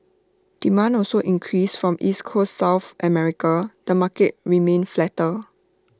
demand also increased from East Coast south America the market remained flatter